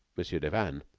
monsieur le baron,